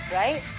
right